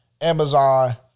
Amazon